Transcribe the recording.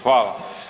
Hvala.